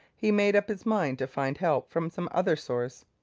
he made up his mind to find help from some other source.